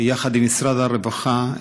יחד עם משרד הרווחה,